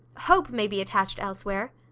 hope may be attached elsewhere.